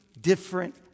different